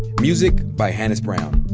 music by hannis brown.